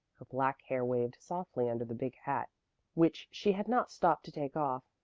her black hair waved softly under the big hat which she had not stopped to take off,